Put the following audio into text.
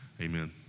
Amen